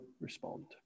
respond